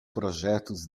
projetos